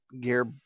gear